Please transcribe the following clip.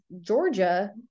Georgia –